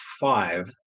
five